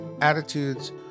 attitudes